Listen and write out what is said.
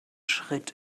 schritt